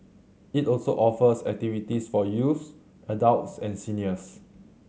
it also offers activities for youths adults and seniors